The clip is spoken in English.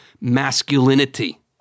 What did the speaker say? masculinity